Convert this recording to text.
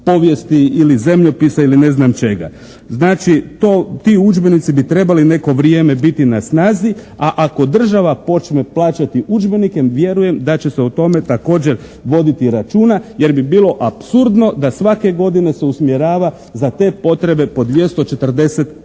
povijesti ili zemljopisa ili ne znam čega. Znači ti udžbenici bi trebali neko vrijeme biti na snazi, a ako država počne plaćati udžbenike vjerujem da će se o tome također voditi računa jer bi bilo apsurdno da svake godine se usmjerava za te potrebe po 240